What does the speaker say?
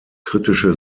kritische